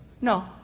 No